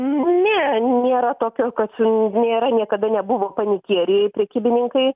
ne nėra tokio kad nėra niekada nebuvo panikėlėj prekybininkai